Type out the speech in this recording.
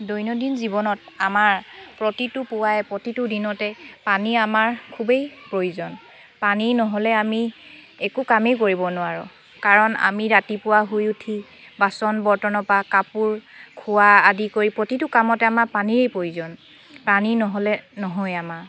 দৈনন্দিন জীৱনত আমাৰ প্ৰতিটো পুৱাই প্ৰতিটো দিনতে পানী আমাৰ খুবেই প্ৰয়োজন পানী নহ'লে আমি একো কামেই কৰিব নোৱাৰোঁ কাৰণ আমি ৰাতিপুৱা শুই উঠি বাচন বৰ্তনৰ পৰা কাপোৰ খোৱা আদি কৰি প্ৰতিটো কামতে আমাক পানীৰেই প্ৰয়োজন পানী নহ'লে নহয়েই আমাৰ